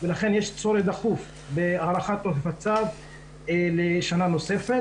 לכן יש צורך דחוף בהארכת תוקף הצו לשנה נוספת.